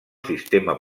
sistema